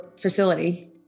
facility